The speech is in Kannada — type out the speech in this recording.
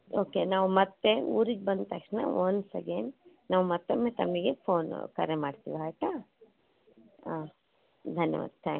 ಓಕೆ ನಾವು ಮತ್ತೆ ಊರಿಗೆ ಬಂದ ತಕ್ಷ್ಣ ಒನ್ಸ್ ಎಗೈನ್ ನಾವು ಮತ್ತೊಮ್ಮೆ ತಮಗೆ ಫೋನ್ ಕರೆ ಮಾಡ್ತೀವಿ ಆಯಿತಾ ಹಾಂ ಧನ್ಯವಾದ ಥ್ಯಾ